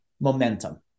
momentum